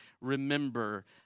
remember